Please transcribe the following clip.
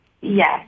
yes